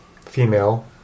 female